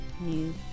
new